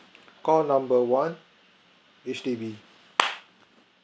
call number one H_D_B